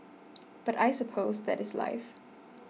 but I suppose that is life